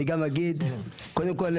אני גם אגיד, קודם כל,